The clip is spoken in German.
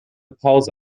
pause